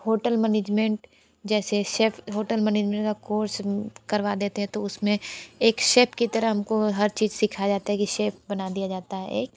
hotel management जैसे chef hotel management का course करवा देते हैं तो उसमें एक शेफ की तरह हमको हर चीज़ सिखाया जाता है कि शेफ बना दिया जाता है एक